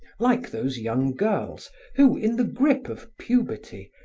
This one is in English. like those young girls who, in the grip of puberty,